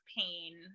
pain